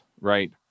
right